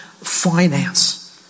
finance